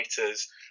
writers